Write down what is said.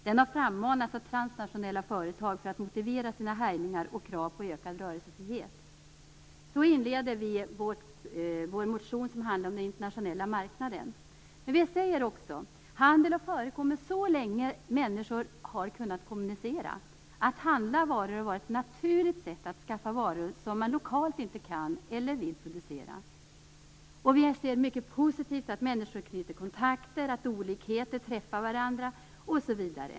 Den har frammanats av transnationella företag för att motivera sina härjningar och krav på ökad rörelsefrihet." Så inleder vi vår motion som handlar om den internationella marknaden, men vi säger också: "Handel har förekommit så länge människor har kunnat kommunicera. Att handla varor har varit ett naturligt sätt att skaffa varor som man lokalt inte kan eller vill producera." Vi anser det vara mycket positivt att människor knyter kontakter, att olikheter träffar varandra osv.